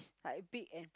like big and